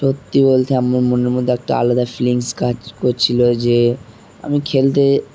সত্যি বলতে আমার মনের মধ্যে একটা আলাদা ফিলিংস কাজ করছিলো যে আমি খেলতে